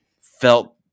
felt